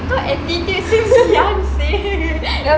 kau attitude since young seh